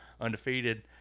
undefeated